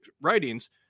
writings